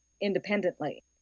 independently